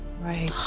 Right